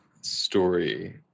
story